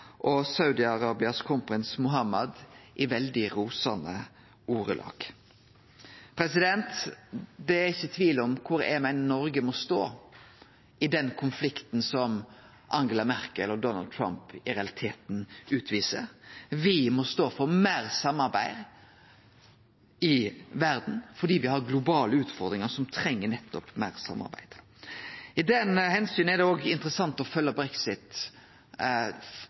og Saudi-Arabias kronprins Mohammed i veldig rosande ordelag. Det er ingen tvil om kor eg meiner Noreg må stå i den konflikten som Angela Merkel og Donald Trump i realiteten utviser. Me må stå for meir samarbeid i verda, fordi me har globale utfordringar som treng nettopp meir samarbeid. I den samanhengen er det òg interessant å